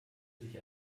sich